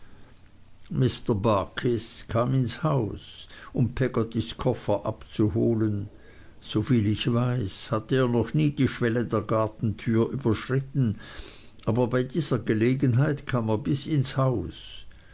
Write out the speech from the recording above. kam ins haus um peggottys koffer abzuholen soviel ich weiß hatte er noch nie die schwelle der gartentür überschritten aber bei dieser gelegenheit kam er bis ins haus